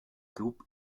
klub